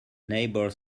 neighbour